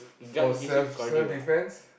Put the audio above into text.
for self self defense